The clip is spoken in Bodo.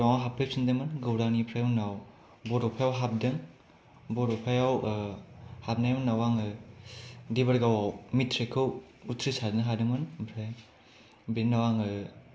गौरांआव हाबफैफिनदोंमोन गौरांनिफ्राय उनाव बडफायाव हाबदों बडफायाव हाबनायनि उनाव आङो देबोरगावाव मेट्रिकखौ उथ्रिसारनो हादोंमोन बेनि उनाव आङो